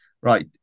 Right